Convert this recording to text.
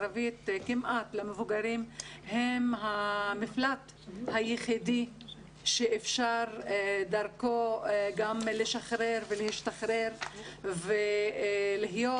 הוא המפלט היחידי שאפשר דרכו גם לשחרר ולהשתחרר ולהיות